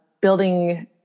building